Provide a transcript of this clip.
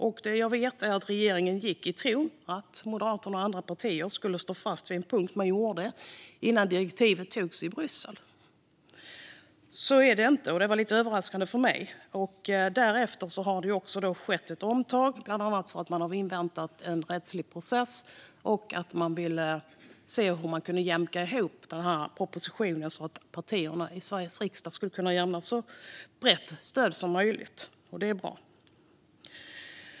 Jag vet att den dåvarande regeringen trodde att vi moderater, med flera, skulle hålla fast vid den ståndpunkt vi hade innan direktivet antogs i Bryssel. Så är det ju inte, och därför var detta lite överraskande för mig. Men det har gjorts ett omtag efter att man har inväntat en rättslig process och i ett försök att jämka ihop partierna i Sveriges riksdag för att uppnå ett brett stöd, vilket är bra.